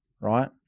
right